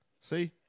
see